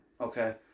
Okay